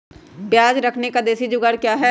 प्याज रखने का देसी जुगाड़ क्या है?